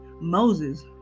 Moses